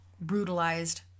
brutalized